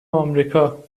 آمریکا